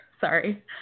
Sorry